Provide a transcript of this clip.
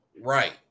Right